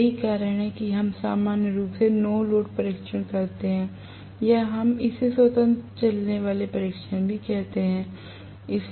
तो यही कारण है कि हम सामान्य रूप से नो लोड परीक्षण करते हैं या हम इसे स्वतंत्र चलने वाला परीक्षण भी कहते हैं